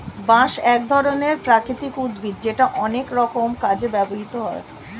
বাঁশ এক ধরনের প্রাকৃতিক উদ্ভিদ যেটা অনেক রকম কাজে ব্যবহৃত হয়